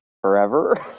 forever